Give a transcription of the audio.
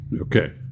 Okay